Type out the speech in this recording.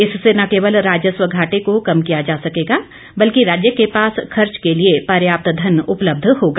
इससे न केवल राजस्व घाटे को कम किया जा सकेगॉ बल्कि राज्य के पास खर्च के लिए पर्याप्त धन उपलब्ध होगा